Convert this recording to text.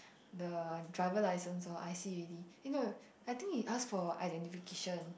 the driver license or i_c already eh no I think he ask for identification